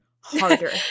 harder